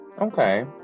Okay